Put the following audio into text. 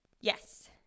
yes